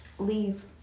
Leave